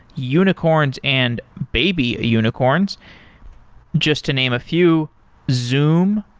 unicorns and baby unicorns just to name a few zoom,